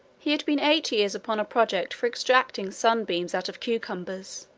he has been eight years upon a project for extracting sunbeams out of cucumbers,